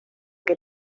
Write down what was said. que